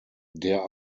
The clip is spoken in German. der